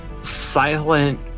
silent